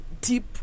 deep